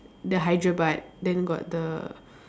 the Hyderabad then got the